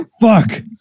Fuck